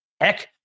heck